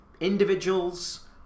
individuals